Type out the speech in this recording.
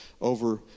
over